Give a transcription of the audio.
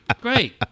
Great